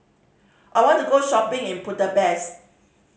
I want to go shopping in Budapest